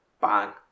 bang